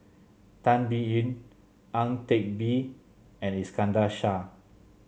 Tan Biyun Ang Teck Bee and Iskandar Shah